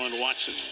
Watson